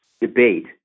debate